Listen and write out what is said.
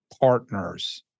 partners